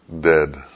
dead